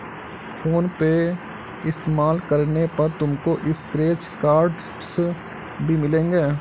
phone पे इस्तेमाल करने पर तुमको स्क्रैच कार्ड्स भी मिलेंगे